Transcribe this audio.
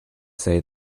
say